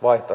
eikö